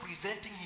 presenting